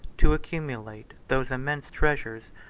to accumulate those immense treasures,